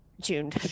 June